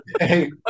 hey